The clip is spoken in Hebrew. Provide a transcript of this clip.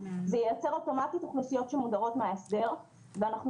זה ייצר אוטומטית אוכלוסיות שמודרות מההסדר ואנחנו